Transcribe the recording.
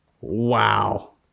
Wow